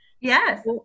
Yes